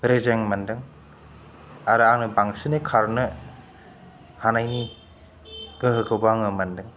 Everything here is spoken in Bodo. रेजें मोनदों आरो आंनो बांसिनै खारनो हानायनि गोहोखौबो आङो मोनदों